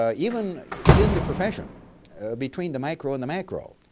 ah even within the profession between the micro and the macro,